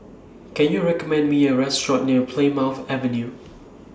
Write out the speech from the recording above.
Can YOU recommend Me A Restaurant near Plymouth Avenue